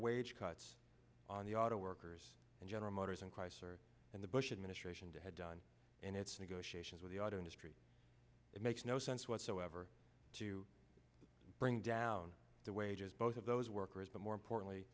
wage cuts on the auto workers and general motors and chrysler and the bush administration to have done in its negotiations with the auto industry it makes no sense whatsoever to bring down the wages both of those workers but more importantly